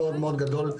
מאוד מאוד קשה להם.